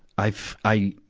i've, i,